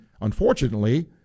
unfortunately